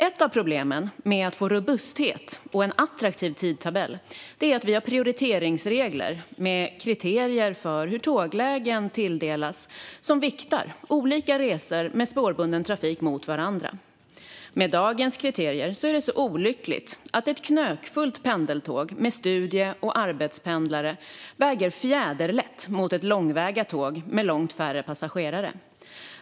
Ett av problemen med att få robusthet och en attraktiv tidtabell är att vi har prioriteringsregler med kriterier för hur tåglägen tilldelas som viktar olika resor med spårbunden trafik mot varandra. Med dagens kriterier är det så olyckligt att ett knökfullt pendeltåg med studie och arbetspendlare väger fjäderlätt mot ett långväga tåg med långt färre passagerare.